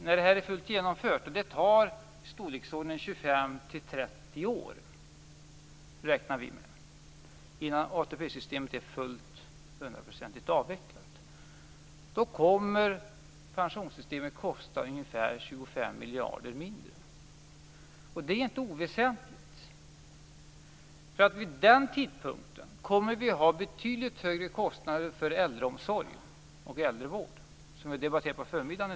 När systemet är fullt genomfört, om 25-30 år, innan ATP-systemet är fullt avvecklat, kommer pensionssystemet att kosta ca 25 miljarder mindre. Det är inte oväsentligt. Vid den tidpunkten kommer vi att ha betydligt högre kostnader för äldreomsorgen och äldrevården - de frågor vi debatterade på förmiddagen.